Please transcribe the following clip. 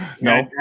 No